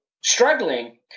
struggling